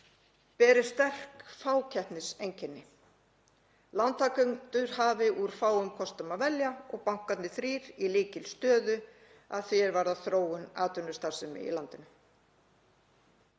beri sterk fákeppniseinkenni. Lántakendur hafi úr fáum kostum að velja og bankarnir þrír í lykilstöðu að því er varðar þróun atvinnustarfsemi í landinu.